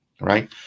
right